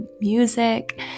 music